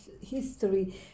history